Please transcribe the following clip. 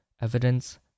evidence